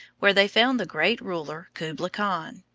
where they found the great ruler, kublai khan.